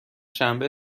شنبه